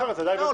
לא.